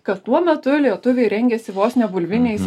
kad tuo metu lietuviai rengėsi vos ne bulviniais